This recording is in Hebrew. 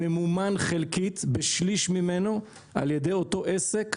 ממומן חלקית ב-1/3 ממנו על ידי אותו עסק,